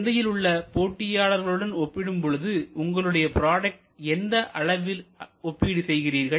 சந்தையில் உள்ள போட்டியாளர்களுடன் ஒப்பிடும் பொழுது உங்களுடைய ப்ராடக்ட்டை எந்த அளவில் ஒப்பீடு செய்கிறீர்கள்